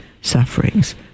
sufferings